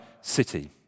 city